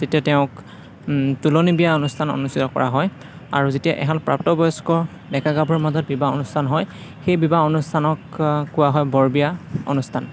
তেতিয়া তেওঁক তোলনি বিয়া অনুষ্ঠান অনুষ্ঠিত কৰা হয় আৰু যেতিয়া এহাল প্ৰাপ্তবয়স্ক ডেকা গাভৰুৰ মাজত বিবাহ অনুষ্ঠান হয় সেই বিবাহ অনুষ্ঠানক কোৱা হয় বৰবিয়া অনুষ্ঠান